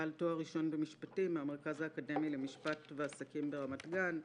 בעל תואר ראשון במשפטים מהמרכז האקדמי למשפט ועסקים ברמת-גן,